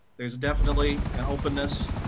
there is definitely an openness,